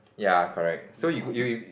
ya correct so you g~ you you